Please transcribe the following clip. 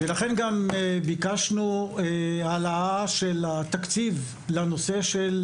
לכן גם ביקשנו העלאה של התקציב לנושא של